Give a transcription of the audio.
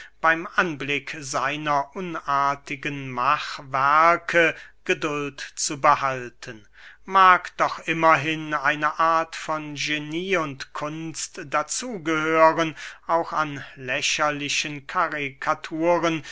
beym anblick seiner unartigen machwerke geduld zu behalten mag doch immerhin eine art von genie und kunst dazu gehören auch an lächerlichen karikaturen